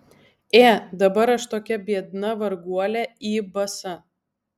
ė dabar aš tokia biedna varguolė į basa